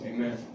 Amen